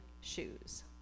shoes